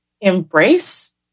embrace